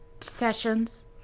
sessions